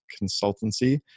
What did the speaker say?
consultancy